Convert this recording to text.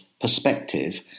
perspective